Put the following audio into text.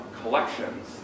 collections